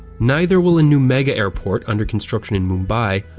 neither will a new mega-airport under construction in mumbai,